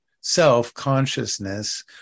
self-consciousness